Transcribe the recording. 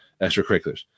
extracurriculars